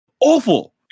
Awful